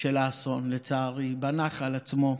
של האסון, לצערי, בנחל עצמו.